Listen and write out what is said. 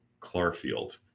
Clarfield